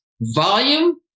volume